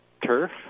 turf